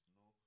no